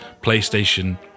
PlayStation